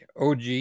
OG